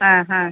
ആ ഹാ